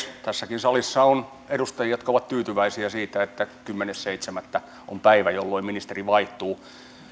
tässäkin salissa on edustajia jotka ovat tyytyväisiä siitä että kymmenes seitsemättä on päivä jolloin ministeri vaihtuu